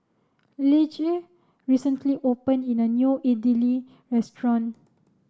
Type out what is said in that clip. Lige recently opened in a new Idili Restaurant